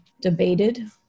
debated